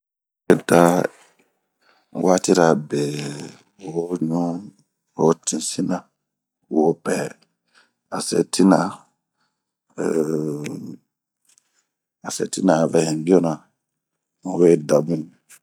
unwe da watirabe hoɲu, hotin sinra wopɛ,a se tina aŋɛ hinbiona n'weda bun